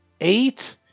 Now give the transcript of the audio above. eight